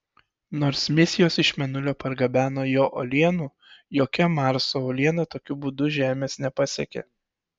nors misijos iš mėnulio pargabeno jo uolienų jokia marso uoliena tokiu būdu žemės nepasiekė